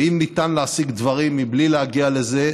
ואם ניתן להשיג דברים בלי להגיע לזה,